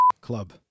Club